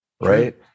right